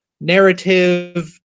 narrative